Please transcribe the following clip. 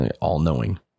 all-knowing